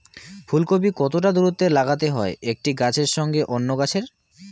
ফুলকপি কতটা দূরত্বে লাগাতে হয় একটি গাছের সঙ্গে অন্য গাছের?